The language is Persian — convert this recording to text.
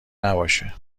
نباشه